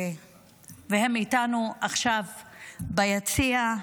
והן איתנו עכשיו ביציע.